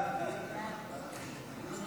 ההצעה להעביר את הנושא לוועדת הכלכלה נתקבלה.